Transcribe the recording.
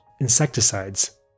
insecticides